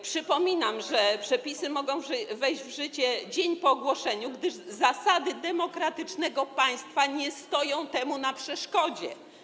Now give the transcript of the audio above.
Przypominam, że przepisy mogą wejść w życie dzień po ogłoszeniu, gdyż zasady demokratycznego państwa nie stoją temu na przeszkodzie.